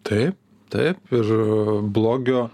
tai taip ir blogio